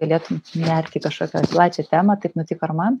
galėtum nert į kažkokią plačią temą taip nutiko ir man